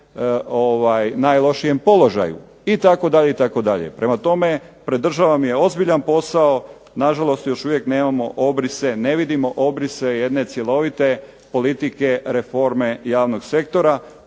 najlošijem položaju itd. Prema tome, pred državom je ozbiljan posao. Nažalost još uvijek nemamo obrise, ne vidimo obrise jedne cjelovite politike reforme javnog sektora